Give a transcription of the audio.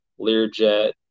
learjet